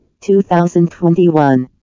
2021